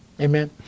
Amen